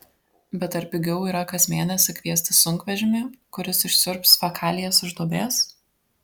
bet ar pigiau yra kas mėnesį kviestis sunkvežimį kuris išsiurbs fekalijas iš duobės